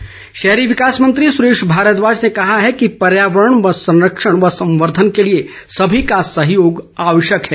भारद्वाज शहरी विकास मंत्री सुरेश भारद्वाज ने कहा है कि पर्यावरण संरक्षण व संवर्द्वन के लिए सभी का सहयोग आवश्यक है